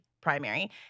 primary